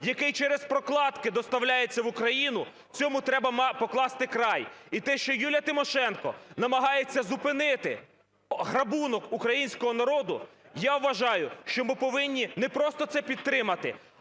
який через прокладки доставляється в Україну, цьому треба покласти край. І те, що Юлія Тимошенко намагається зупинити грабунок українського народу, я вважаю, що ми повинні не просто це підтримати,